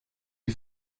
you